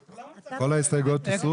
כל ההסתייגויות הוסרו?